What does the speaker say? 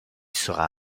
sera